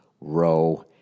row